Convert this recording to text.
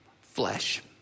flesh